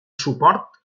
suport